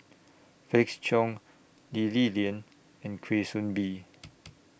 Felix Cheong Lee Li Lian and Kwa Soon Bee